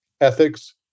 ethics